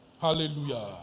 Hallelujah